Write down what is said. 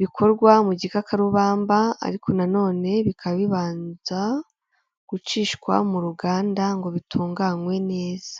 bikorwa mu gikakarubamba, ariko nanone bikaba bibanza gucishwa mu ruganda ngo bitunganywe neza.